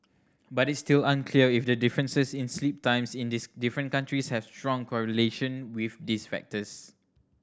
but it's still unclear if the differences in sleep times in different countries have strong correlation with these factors